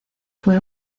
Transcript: fue